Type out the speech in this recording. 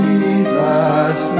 Jesus